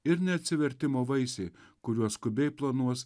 ir ne atsivertimo vaisiai kuriuos skubiai planuos